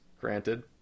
Granted